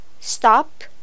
stop